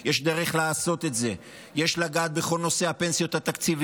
יש דרך לעשות את זה: יש לגעת בכל נושא הפנסיות התקציביות,